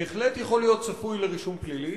בהחלט יכול להיות צפוי לרישום פלילי.